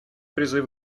призыв